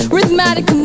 Rhythmatic